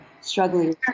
struggling